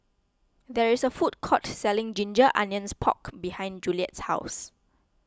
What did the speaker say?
there is a food court selling Ginger Onions Pork behind Juliet's house